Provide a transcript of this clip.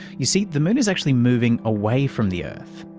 you see, the moon is actually moving away from the earth,